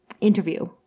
interview